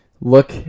look